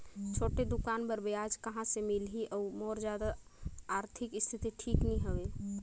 छोटे दुकान बर ब्याज कहा से मिल ही और मोर जादा आरथिक स्थिति ठीक नी हवे?